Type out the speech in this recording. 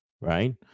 right